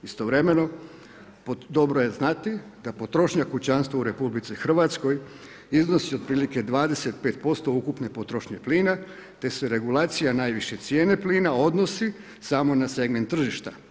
Istovremeno dobro je znati, da potrošnja kućanstva u RH iznosi otprilike 25% ukupne potrošnje plina, te se regulacija, najviše cijene plina odnosi samo na segment tržišta.